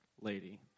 lady